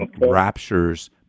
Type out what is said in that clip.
raptures